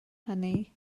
hynny